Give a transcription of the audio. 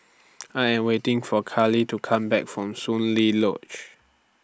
I Am waiting For Karlie to Come Back from Soon Lee Lodge